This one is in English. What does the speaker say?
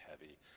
heavy